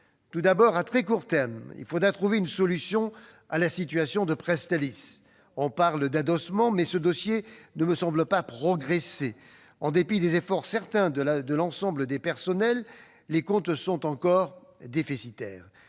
Tout d'abord, à très court terme, il faudra trouver une solution à la situation de Presstalis. On parle d'adossement, mais ce dossier ne semble pas progresser. En dépit des efforts certains de l'ensemble des personnels, les comptes sont encore déficitaires.